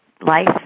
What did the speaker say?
life